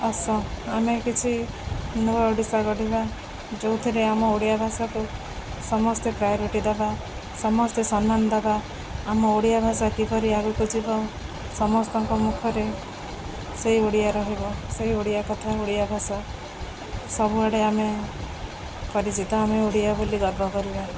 ଆସ ଆମେ କିଛି ନୂଆ ଓଡ଼ିଶା ଗଢ଼ିବା ଯେଉଁଥିରେ ଆମ ଓଡ଼ିଆ ଭାଷାକୁ ସମସ୍ତେ ପ୍ରାୟୋରିଟ୍ ଦବା ସମସ୍ତେ ସମ୍ମାନ ଦବା ଆମ ଓଡ଼ିଆ ଭାଷା କିପରି ଆଗକୁ ଯିବ ସମସ୍ତଙ୍କ ମୁଖରେ ସେଇ ଓଡ଼ିଆ ରହିବ ସେଇ ଓଡ଼ିଆ କଥା ଓଡ଼ିଆ ଭାଷା ସବୁଆଡ଼େ ଆମେ ପରିଚିତ ଆମେ ଓଡ଼ିଆ ବୋଲି ଗର୍ବ କରିବା